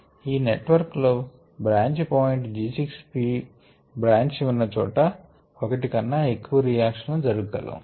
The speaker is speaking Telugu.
ఈ నెట్ వర్క్ లో branch point G 6 P branch ఉన్న చోట ఒకటి కన్నా ఎక్కువ రియాక్షన్ లు జరుగ గలవు